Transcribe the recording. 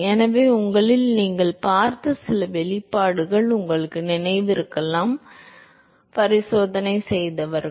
எனவே உங்களில் நீங்கள் பார்த்த சில வெளிப்பாடுகள் உங்களுக்கு நினைவிருக்கலாம் பரிசோதனை செய்தவர்கள்